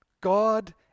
God